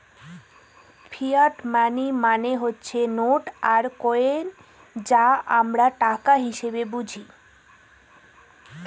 fiat মানি মানে হচ্ছে নোট আর কয়েন যা আমরা টাকা হিসেবে বুঝি